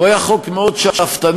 הוא היה חוק מאוד שאפתני,